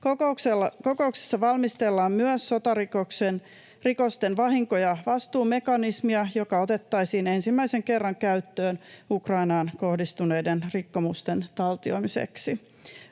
Kokouksessa valmistellaan myös sotarikosten vahinko- ja vastuumekanismia, joka otettaisiin ensimmäisen kerran käyttöön Ukrainaan kohdistuneiden rikkomusten taltioimiseksi.